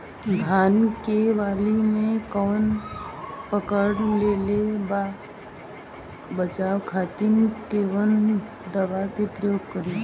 धान के वाली में कवक पकड़ लेले बा बचाव खातिर कोवन दावा के प्रयोग करी?